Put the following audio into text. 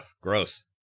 gross